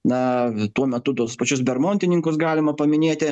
na tuo metu tuos pačius bermontininkus galima paminėti